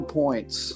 points